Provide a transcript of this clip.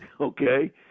Okay